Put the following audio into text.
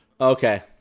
Okay